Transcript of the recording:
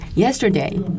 Yesterday